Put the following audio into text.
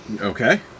Okay